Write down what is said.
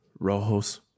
Rojos